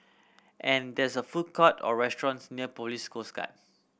and there's a food court or restaurants near Police Coast Guard